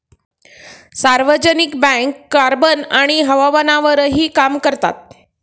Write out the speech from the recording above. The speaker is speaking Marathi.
सार्वजनिक बँक कार्बन आणि हवामानावरही काम करतात